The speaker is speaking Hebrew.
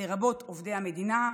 לרבות עובדי המדינה,